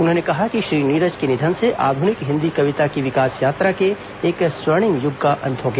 उन्होंने कहा कि श्री नीरज के निधन से आधुनिक हिन्दी कविता की विकास यात्रा के एक स्वर्णिम युग का अंत हो गया